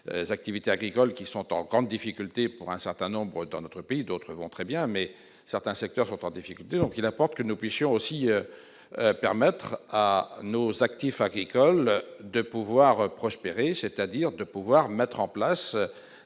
les activités agricoles qui sont en grande difficulté pour un certain nombre dans notre pays, d'autres vont très bien, mais certains secteurs sont en difficulté donc il importe que nous puissions aussi permettre à nos actifs agricoles de pouvoir prospérer, c'est-à-dire de pouvoir mettre en place